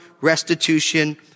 restitution